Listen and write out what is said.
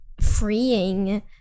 freeing